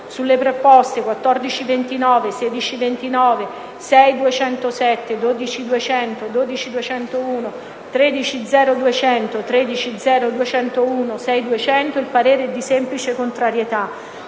Sulle proposte 14.29, 16.29, 6.207, 12.200, 12.201, 13.0.200, 13.0.201, 6.200 il parere è di semplice contrarietà.